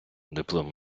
диплом